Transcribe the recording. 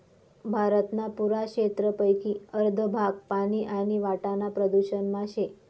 भारतना पुरा क्षेत्रपेकी अर्ध भाग पानी आणि वाटाना प्रदूषण मा शे